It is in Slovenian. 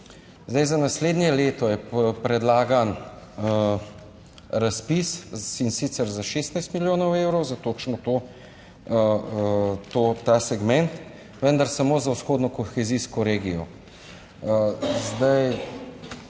Zdaj, za naslednje leto je predlagan razpis in sicer za 16 milijonov evrov. Za točno ta segment, vendar samo za vzhodno kohezijsko regijo.